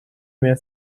mehr